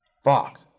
Fuck